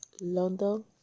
London